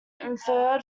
inferred